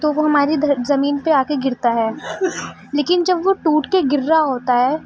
تو وہ ہماری دھر زمین پہ آ کے گرتا ہے لیکن جب وہ ٹوٹ کے گر رہا ہوتا ہے